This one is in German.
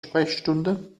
sprechstunde